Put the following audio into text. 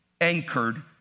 anchored